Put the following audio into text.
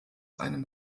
einem